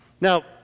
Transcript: Now